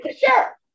Sure